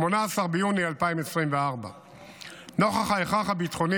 18 ביוני 2024. נוכח ההכרח הביטחוני